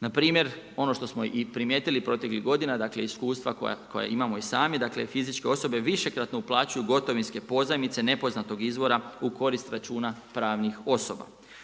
Npr. ono što smo primijetili proteklih godina, dakle, iskustva koje imamo i sami, fizičke osobe višekratno uplaćuju gotovinske pozajmice nepoznatog izvora u korist računa pravnih osoba.